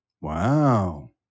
Wow